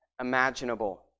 imaginable